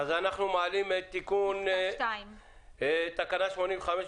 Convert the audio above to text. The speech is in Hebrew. אנחנו מצביעים על תיקון תקנה 86,